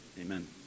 Amen